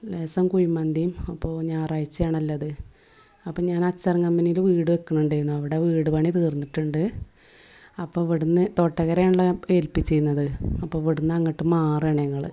ലേസം കുഴിമന്തി അപ്പോൾ ഞായറാഴ്ചയാണല്ലത് അപ്പോൾ ഞാൻ അച്ചാൻ കമ്പനീല് വീട് വെക്കണുണ്ടായിരുന്നു അവിടെ വീട് പണി തീർന്നിട്ടുണ്ട് അപ്പോൾ ഇവിടെന്ന് കൊടകരയാണല്ലാ ഏൽപ്പിച്ചിരുന്നത് അപ്പോൾ ഇവിടുന്നങ്ങട്ട് മാറുകയണ് ഞങ്ങൾ